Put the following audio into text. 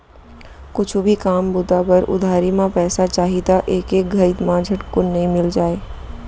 कुछु भी काम बूता बर उधारी म पइसा चाही त एके घइत म झटकुन नइ मिल जाय